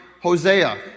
Hosea